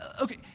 Okay